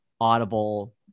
Audible